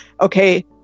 Okay